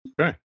Okay